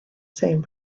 same